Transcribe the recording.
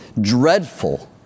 dreadful